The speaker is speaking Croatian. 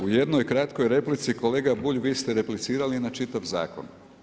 U jednoj kratkoj replici kolega Bulj vi ste replicirali na čitav zakon.